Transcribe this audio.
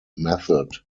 method